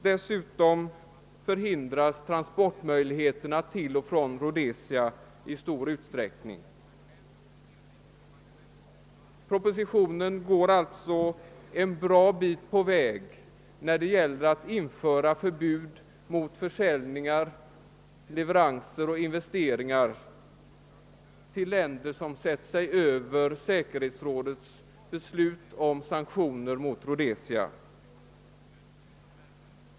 Dessutom förhindras transportmöjligheterna till och från Rhodesia i stor utsträckning. Propositionen innebär alltså att man går en bra bit på vägen när det gäller att införa förbud mot försäljningar och leveranser till samt investeringar i länder som sätter sig över säkerhetsrådets beslut om sanktioner mot Rhodesia.